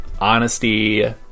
honesty